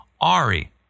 Ari